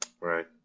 Right